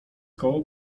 koło